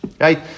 Right